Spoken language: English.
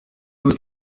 was